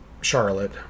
charlotte